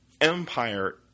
Empire